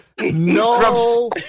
No